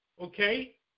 okay